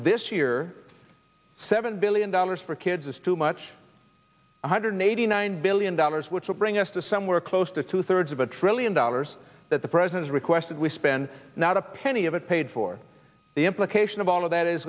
this year seven billion dollars for kids is too much one hundred eighty nine billion dollars which will bring us to somewhere close to two thirds of a trillion dollars that the president's requested we spend not a penny of it paid for the implication of all of that is